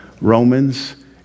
Romans